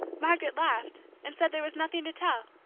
margaret laughed, and said there was nothing to tell.